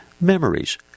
Memories